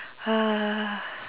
uh